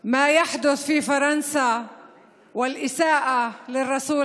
מדברים על מה שקורה בצרפת ועל הפגיעה בשליח,